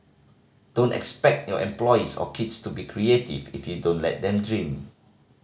don't expect your employees or kids to be creative if you don't let them dream